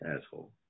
asshole